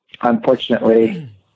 unfortunately